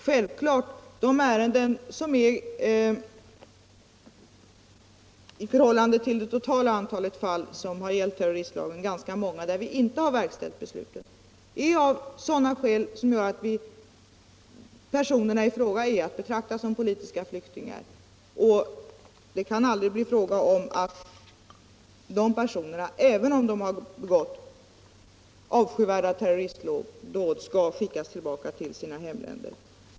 Självfallet är de ärenden som gällt terroristlagen och där vi inte har verkställt beslutet relativt många i förhållande till det totala antalet fall. Där har personerna i fråga varit att betrakta som politiska flyktingar, och det kan aldrig bli fråga om att dessa personer, även om de har begått avskyvärda terroristdåd, skall skickas tillbaka till sina hemländer.